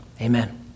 amen